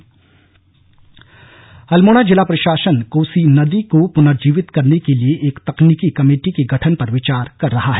समीक्षा अल्मोडा जिला प्रशासन कोसी नदी को प्नर्जीवित करने के लिए एक तकनीकी कमेटी के गठन पर विचार कर रहा है